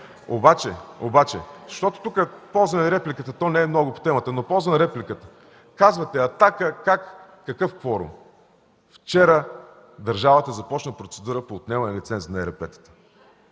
обаче, щото тук ползваме репликата, то не е много по темата, но ползваме репликата. Казвате: „Атака” – какъв кворум?”. Вчера държавата започна процедура по отнемане на лиценза на ЕРП-тата.